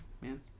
man